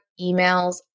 emails